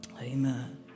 Amen